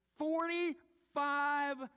Forty-five